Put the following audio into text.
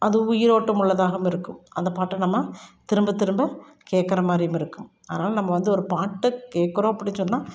அது உயிரோட்டம் உள்ளதாகவும் இருக்கும் அந்த பாட்டை நம்ம திரும்ப திரும்ப கேட்கற மாதிரியும் இருக்கும் அதனால் நம்ம வந்து ஒரு பாட்டை கேட்கறோம் அப்படினு சொன்னால்